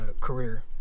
career